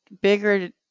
bigger